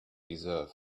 deserve